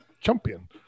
Champion